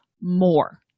more